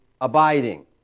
abiding